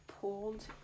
pulled